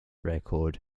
record